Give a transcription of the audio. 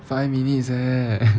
five minutes eh